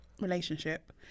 relationship